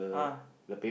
ah